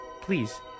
Please